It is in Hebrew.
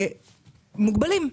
מוגבלים.